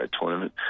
tournament